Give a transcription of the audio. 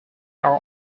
are